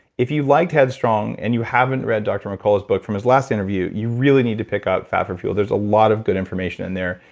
if you liked headstrong and you haven't read dr mercola's book from his last interview, you really need to pick up fat for fuel there's a lot of good information in there.